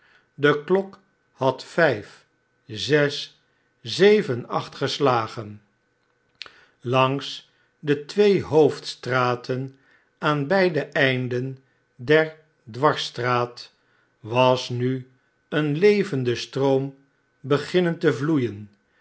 de klok had vijf zes zeven acht geslagen langs detweehoofdstraten aan beide einden der dwarsstraat was nu een levende stroont beginnen te vloeien